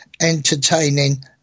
entertaining